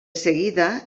seguida